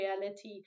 reality